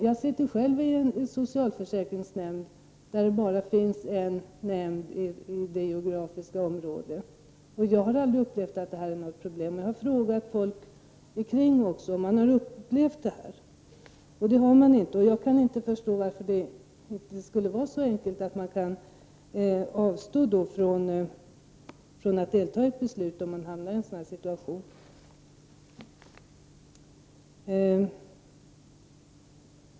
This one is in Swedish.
Jag sitter själv i en socialförsäkringsnämnd i ett geografiskt område där det bara finns en nämnd, och jag har aldrig upplevt att det här är något problem. Jag har också frågat människor runt omkring om de har upplevt det här, och det har de inte. Jag kan inte förstå varför det inte skulle vara så enkelt att man kan avstå från att delta i ett beslut om man hamnar i en jävssituation.